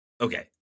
okay